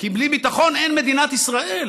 כי בלי ביטחון אין מדינות ישראל,